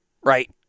Right